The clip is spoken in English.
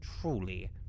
truly